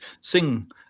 sing